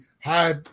high